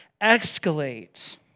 escalate